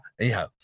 anyhow